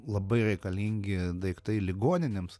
labai reikalingi daiktai ligoninėms